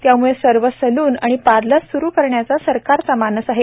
त्याम्ळे सर्व सलून आणि पार्लर स्रु करण्याचा सरकारचा मानस आहे